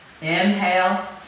Inhale